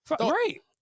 Great